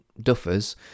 duffers